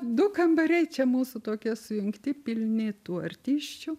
du kambariai čia mūsų tokie sujungti pilni tų artisčių